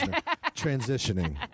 Transitioning